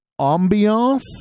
ambiance